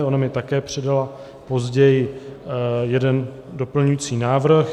Ona mi také předala později jeden doplňující návrh.